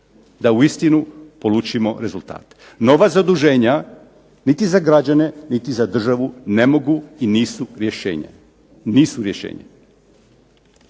da uistinu polučimo rezultate. Nova zaduženja niti za građane niti za državu ne mogu i nisu rješenja. Nisu rješenja.